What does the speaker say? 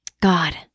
God